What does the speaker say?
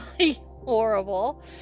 horrible